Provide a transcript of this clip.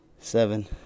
seven